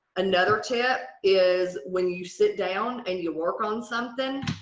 another tip is when you sit down and you work on something,